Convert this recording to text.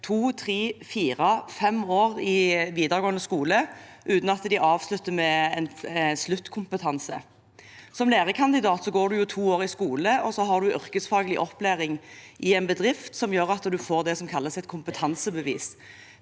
to, tre, fire eller fem år i videregående skole uten å avslutte med en sluttkompetanse. Som lærekandidat går man to år i skole og har yrkesfaglig opplæring i en bedrift, som gjør at man får det som kalles et kompetansebevis.